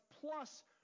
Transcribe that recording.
plus